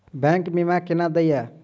Bank बीमा केना देय है?